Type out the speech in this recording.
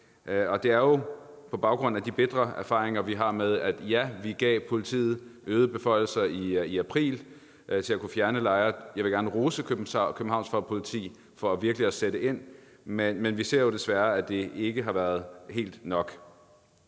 og det er jo på baggrund af de bitre erfaringer, vi har, med, at ja, vi gav politiet øgede beføjelser i april til at kunne fjerne lejre. Jeg vil gerne rose Københavns Politi for virkelig at sætte ind, men vi ser jo desværre, at det ikke har været helt nok.